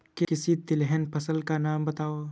किसी तिलहन फसल का नाम बताओ